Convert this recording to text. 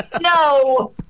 No